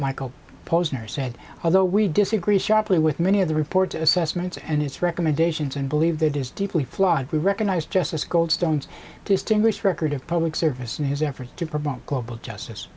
michael posner said although we disagree sharply with many of the reported assessments and its recommendations and believe that is deeply flawed we recognize justice goldstone's distinguished record of public service and his efforts to promote global justice